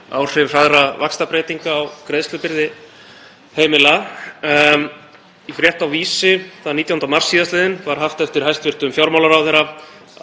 að ríkisstjórnin væri að horfa til sértækra aðgerða fyrir tekjulægstu hópa samfélagsins til að bregðast við hækkandi verðlagi. Hæstv. forsætisráðherra talaði á sama veg